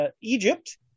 Egypt